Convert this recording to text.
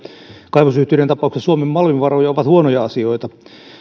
kaivosyhtiöiden tapauksessa suomen malmivaroja ovat huonoja asioita